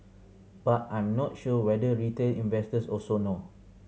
but I'm not sure whether retail investors also know